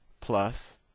plus